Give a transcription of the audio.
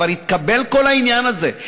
כבר התקבל כל העניין הזה,